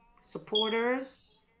supporters